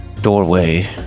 doorway